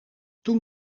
toen